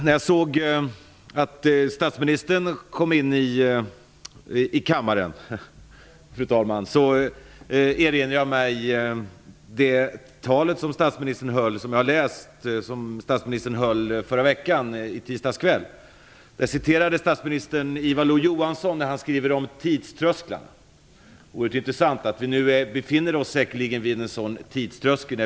När jag såg att statsministern kom in i kammaren erinrade jag mig det tal som statsministern höll i tisdags kväll, och som jag har läst. Statsministern citerade vad Ivar Lo Johansson skriver om tidströsklar. Det är oerhört intressant. Nu befinner vi oss säkert vid en sådan tidströskel.